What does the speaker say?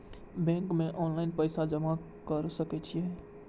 Bank में online पैसा जमा कर सके छीये?